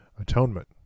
atonement